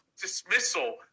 dismissal